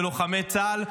בלוחמי צה"ל,